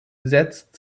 setzt